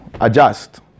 adjust